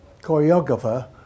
choreographer